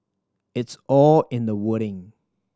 it's all in the wording